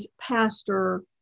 pastor